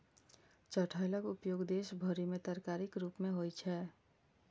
चठैलक उपयोग देश भरि मे तरकारीक रूप मे होइ छै